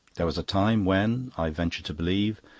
there was a time when, i venture to believe,